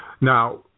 Now